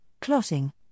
clotting